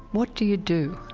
what do you do?